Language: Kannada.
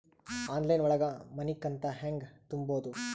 ಆನ್ಲೈನ್ ಒಳಗ ಮನಿಕಂತ ಹ್ಯಾಂಗ ತುಂಬುದು?